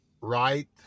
right